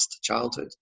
childhood